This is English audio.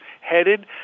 headed